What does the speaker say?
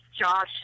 Josh